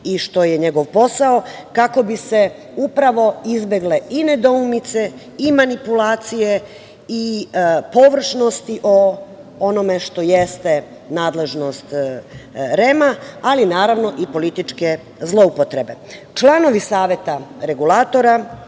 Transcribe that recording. i što je njegov posao kako bi se upravo izbegle i nedoumice i manipulacije i površnosti o onome što jeste nadležnost REM-a, ali naravno i političke zloupotrebe. Članovi Saveta regulatora